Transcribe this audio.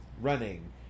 running